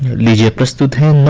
media to